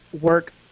work